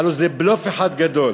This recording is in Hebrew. הלוא זה בלוף אחד גדול.